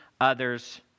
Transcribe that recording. others